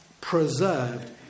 preserved